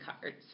cards